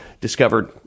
discovered